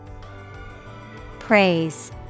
Praise